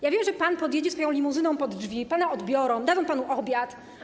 Ja wiem, że pan podjedzie swoją limuzyną pod drzwi, pana odbiorą, dadzą panu obiad.